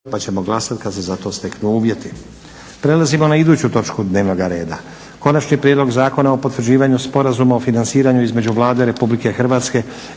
pa ćemo glasati kad se za to steknu uvjeti. **Šprem, Boris (SDP)** Konačni prijedlog zakona o potvrđivanju Sporazuma o financiranju između Vlade Republike Hrvatske